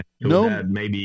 no